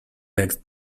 next